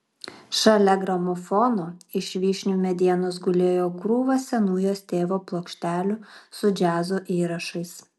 šalia gramofono iš vyšnių medienos gulėjo krūva senų jos tėvo plokštelių su džiazo įrašais